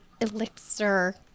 elixir